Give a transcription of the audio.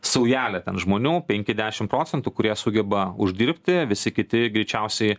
saujelė ten žmonių penki dešim procentų kurie sugeba uždirbti visi kiti greičiausiai